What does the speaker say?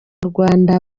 rwanda